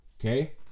Okay